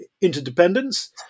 interdependence